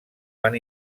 van